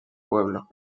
pueblo